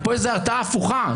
ופה יש הרתעה הפוכה,